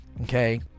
Okay